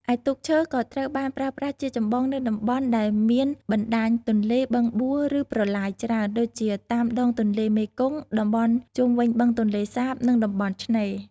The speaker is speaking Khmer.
ឯទូកឈើ ក៏ត្រូវបានប្រើប្រាស់ជាចម្បងនៅ តំបន់ដែលមានបណ្ដាញទន្លេ បឹងបួ ឬប្រឡាយច្រើន ដូចជាតាមដងទន្លេមេគង្គ តំបន់ជុំវិញបឹងទន្លេសាប និងតំបន់ឆ្នេរ ។